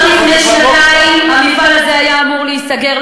כבר לפני שנתיים המפעל הזה היה אמור להיסגר,